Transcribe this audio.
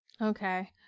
okay